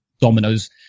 dominoes